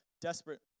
desperate